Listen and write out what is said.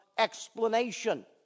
explanation